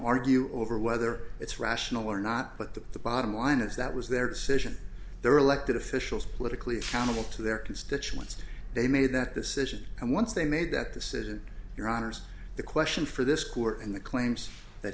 whether it's rational or not but that the bottom line is that was their decision their elected officials politically accountable to their constituents they made that decision and once they made that decision your honour's the question for this court and the claims that